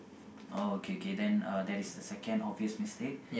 oh okay K then uh that is the second obvious mistake